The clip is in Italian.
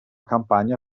campagna